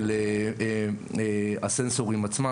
הסנסורים עצמם.